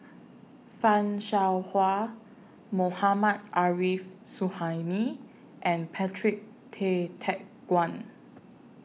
fan Shao Hua Mohammad Arif Suhaimi and Patrick Tay Teck Guan